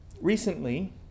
Recently